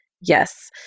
yes